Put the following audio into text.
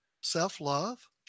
self-love